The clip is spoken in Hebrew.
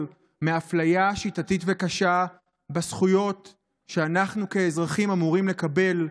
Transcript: מאפליה שיטתית וקשה בזכויות שאנחנו כאזרחים אמורים לקבל: